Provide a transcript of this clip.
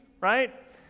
right